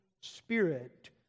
Spirit